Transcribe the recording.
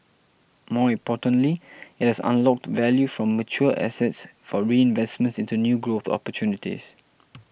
more importantly it has unlocked value from mature assets for reinvestment into new growth opportunities